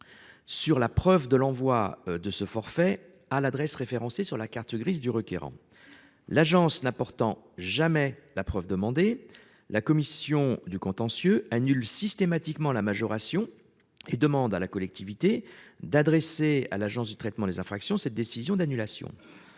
sur la preuve de l'envoi de ce forfait à l'adresse référencée sur la carte grise du requérant. L'Agence n'apportant jamais la preuve demandée, la CCSP annule systématiquement la majoration et demande à la collectivité d'adresser à l'Antai cette décision d'annulation.